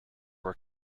were